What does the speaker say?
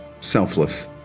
selfless